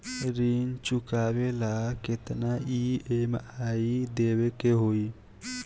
ऋण चुकावेला केतना ई.एम.आई देवेके होई?